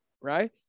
Right